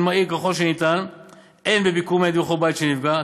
מהיר ככל האפשר בביקור מיידי בכל בית שנפגע,